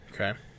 Okay